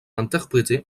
interprétée